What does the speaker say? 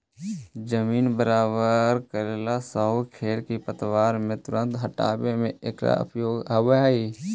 जमीन बराबर कऽरेला आउ खेर पतवार के तुरंत हँटावे में एकरा उपयोग होवऽ हई